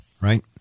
right